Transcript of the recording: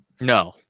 No